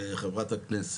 חה"כ,